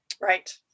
Right